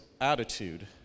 attitude